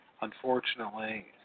unfortunately